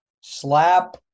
Slap